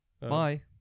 Bye